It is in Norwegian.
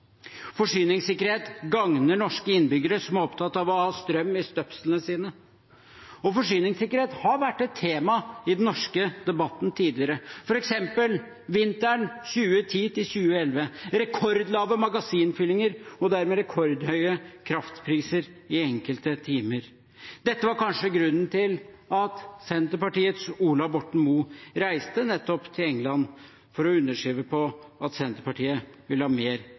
Forsyningssikkerhet gagner norske innbyggere som er opptatt av å ha strøm i støpslene sine. Forsyningssikkerhet har vært et tema i den norske debatten tidligere, f.eks. vinteren 2010–2011, med rekordlave magasinfyllinger og dermed rekordhøye kraftpriser i enkelte timer. Dette var kanskje grunnen til at Senterpartiets Ola Borten Moe reiste nettopp til England for å underskrive på at Senterpartiet ville ha mer